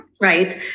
right